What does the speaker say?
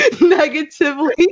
negatively